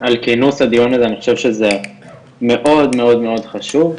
על כינוס הדיון הזה, אני חושב שזה מאוד מאוד חשוב,